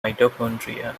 mitochondria